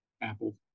apple